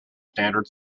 standard